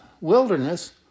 wilderness